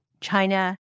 China